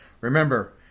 Remember